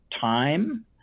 time